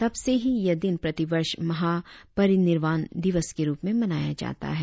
तब से ही यह दिन प्रति वर्ष महापरिनिर्वाण दिवस के रुप में मनाया जाता है